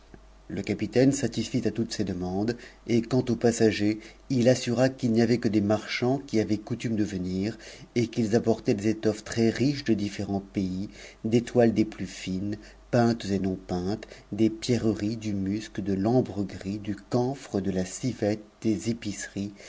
le capitaine satisfit à toutes ses demandes et quant aux passagers il assura qu'il n'y avait que des marchands qui avaient coutume de venir t qu'ils apportaient des étoues très riches de ditïérents pays des toiles des plus fines peintes et non peintes des pierreries du musc de t'ambre du camphre de la civette des épiceries